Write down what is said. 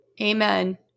Amen